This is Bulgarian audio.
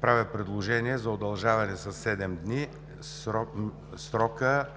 правя предложение за удължаване със седем дни срока